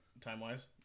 time-wise